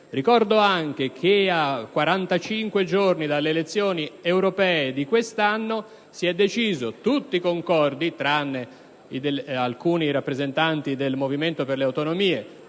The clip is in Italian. Ricordo anche che a 45 giorni delle elezioni europee di quest'anno si è deciso - tutti concordi, tranne alcuni rappresentanti del Movimento per le autonomie